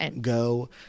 go